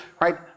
right